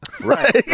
Right